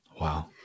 wow